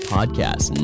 Podcast